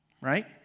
right